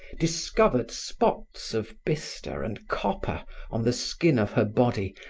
discovered spots of bister and copper on the skin of her body,